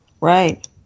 Right